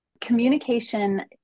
Communication